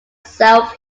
self